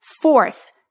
Fourth